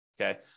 Okay